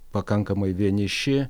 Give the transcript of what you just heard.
pakankamai vieniši